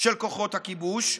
של כוחות הכיבוש,